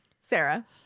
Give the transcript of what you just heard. Sarah